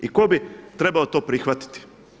I tko bi trebao to prihvatiti?